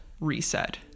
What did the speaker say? reset